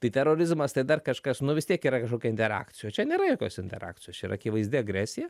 tai terorizmas tai dar kažkas nu vis tiek yra kažkokia interakcija o čia nėra jokios interakcijos čia yra akivaizdi agresija